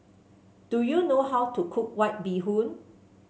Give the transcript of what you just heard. do you know how to cook White Bee Hoon